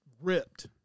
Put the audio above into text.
ripped